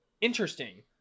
interesting